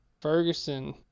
Ferguson